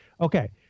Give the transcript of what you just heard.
okay